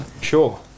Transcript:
Sure